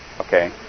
okay